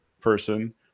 person